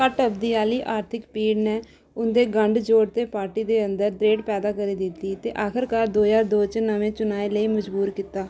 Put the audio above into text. घट्ट अवधि आह्ली आर्थिक भीड़ ने उं'दे गंढ जोड़ ते पार्टी दे अंदर दरेड़ पैदा करी दित्ती ते आखरकार दो ज्हार दो च नमें चुनाएं लेई मजबूर कीता